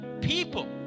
people